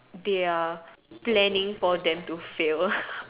they are planning for them to fail